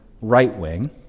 right-wing